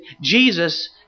Jesus